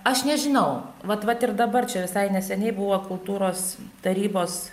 aš nežinau vat vat ir dabar čia visai neseniai buvo kultūros tarybos